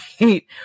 right